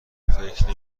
فکر